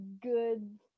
good